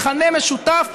מכנה משותף,